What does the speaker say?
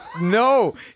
No